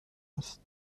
است